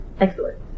Excellent